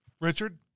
Richard